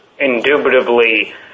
indubitably